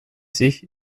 sich